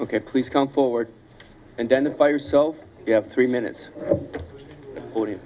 ok please come forward and then if by yourself you have three minutes forty